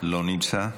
לא נמצא,